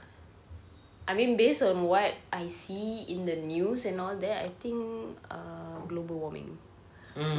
I mean based on what I see in the news and all that I think err global warming